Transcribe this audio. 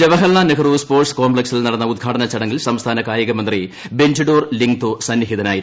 Jawaharlal Nehru sports കോംപ്ലക്സിൽ നടന്ന ഉദ്ഘാടന ചടങ്ങളിൽ സംസ്ഥാന കായിക മന്ത്രി ബന്റിഡോർ ലിംഗ്തെട്ട് സ്ന്നിഹിതനായിരുന്നു